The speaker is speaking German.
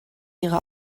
ihre